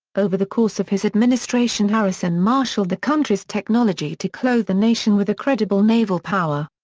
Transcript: over the course of his administration harrison marshaled the country's technology to clothe the nation with a credible naval power.